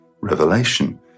revelation